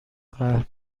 قهر